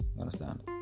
Understand